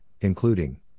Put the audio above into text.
including